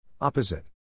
Opposite